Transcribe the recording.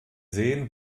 seen